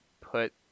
put